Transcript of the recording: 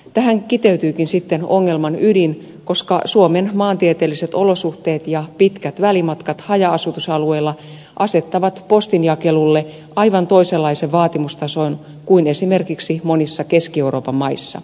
tähän kiteytyykin sitten ongelman ydin koska suomen maantieteelliset olosuhteet ja pitkät välimatkat haja asutusalueilla asettavat postinjakelulle aivan toisenlaisen vaatimustason kuin esimerkiksi monissa keski euroopan maissa